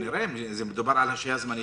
שנראה אם מדובר על השהייה זמנית,